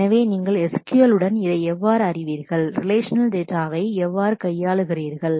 எனவே நீங்கள் SQL உடன் இதை எவ்வாறு அறிவீர்கள் ரிலேஷநல் டேட்டாவை relational data எவ்வாறு கையாளுகிறீர்கள்